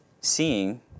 seeing